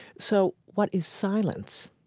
so what is silence?